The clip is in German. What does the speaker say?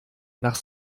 nach